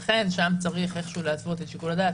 לכן שם צריך להתוות את שיקול הדעת.